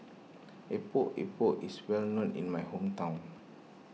Epok Epok is well known in my hometown